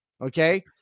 Okay